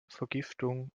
vergiftung